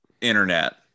internet